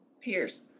peers